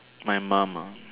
my mum ah